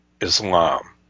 Islam